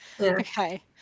Okay